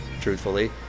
truthfully